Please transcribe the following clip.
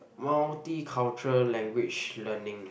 multi cultural language learning